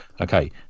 Okay